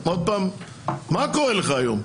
מה קורה לך היום?